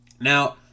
Now